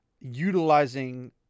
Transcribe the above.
utilizing